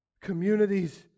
Communities